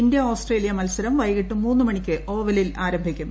India Australia മത്സരം വൈകിട്ട് മൂന്ന് മണ്ണിക്ക് ഓവലിൽ ആരംഭിക്കും